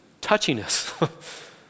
Touchiness